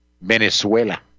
Venezuela